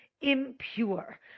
impure